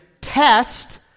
test